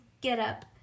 get-up